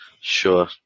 sure